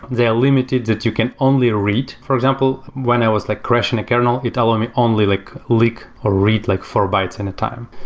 they're limited that you can only read. for example, when i was like crashing a kernel, it allowed me like only like leak or read like four bytes in a time,